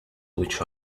which